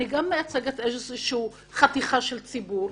אני גם מייצגת איזשהו פלח של ציבור.